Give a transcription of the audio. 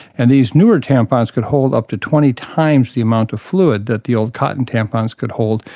and these newer tampons could hold up to twenty times the amount of fluid that the old cotton tampons could hold,